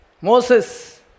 Moses